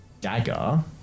dagger